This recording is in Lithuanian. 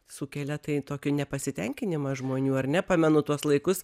sukelia tai tokį nepasitenkinimą žmonių ar nepamenu tuos laikus